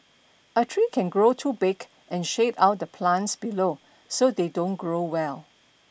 a tree can grow too big and shade out the plants below so they don't grow well